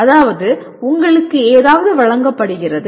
அதாவது உங்களுக்கு ஏதாவது வழங்கப்படுகிறது